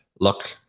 look